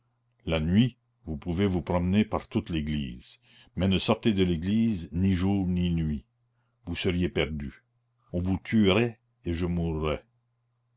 la nuit vous pouvez vous promener par toute l'église mais ne sortez de l'église ni jour ni nuit vous seriez perdue on vous tuerait et je mourrais